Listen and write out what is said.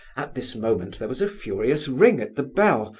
at this moment there was a furious ring at the bell,